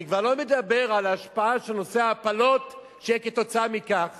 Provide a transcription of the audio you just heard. אני כבר לא מדבר על ההשפעה של נושא ההפלות כתוצאה מכך